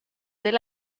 del